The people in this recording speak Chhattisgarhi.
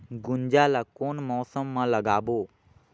गुनजा ला कोन मौसम मा लगाबो?